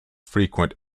frequent